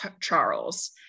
Charles